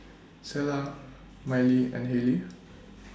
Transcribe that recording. Selah Miley and Halie